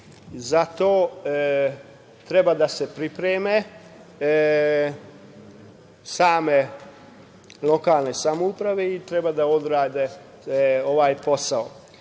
Zato treba da se pripreme same lokalne samouprave i treba da odrade ovaj posao